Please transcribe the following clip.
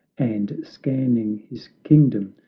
and, scanning his kingdom,